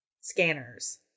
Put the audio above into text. scanners